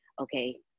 Okay